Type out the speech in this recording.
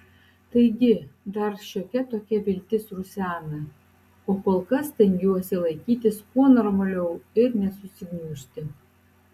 taigi dar šiokia tokia viltis rusena o kol kas stengiuosi laikytis kuo normaliau ir nesugniužti